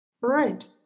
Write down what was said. Right